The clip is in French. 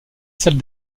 salle